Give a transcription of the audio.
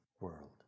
world